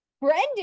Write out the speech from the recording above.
Brendan